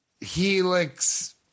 helix